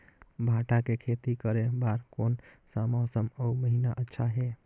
भांटा के खेती करे बार कोन सा मौसम अउ महीना अच्छा हे?